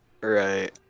Right